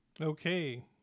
Okay